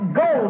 go